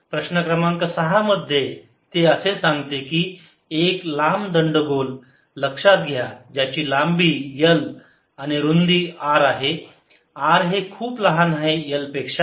प्रश्न क्रमांक सहा मध्ये ते असे सांगते की एक लांब दंडगोल लक्षात घ्या ज्याची लांबी L आणि रुंदी R आहे R हे खूप लहान आहे L पेक्षा